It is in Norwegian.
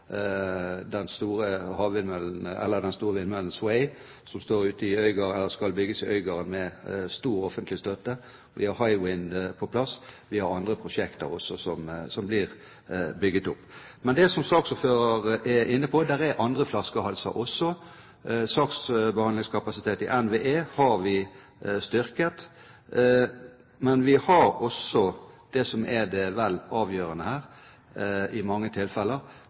den store vindmøllen til selskapet Sway, som skal bygges i Øygarden med stor offentlig støtte. Vi har Hywind på plass, og andre prosjekter skal bygges. Men saksordføreren var inne på at det er andre flaskehalser også. Saksbehandlingskapasiteten i NVE har vi styrket. Men vi har også, som vel er det avgjørende i mange tilfeller,